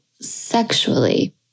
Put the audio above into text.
sexually